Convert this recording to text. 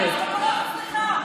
סגנית יושב-ראש הכנסת.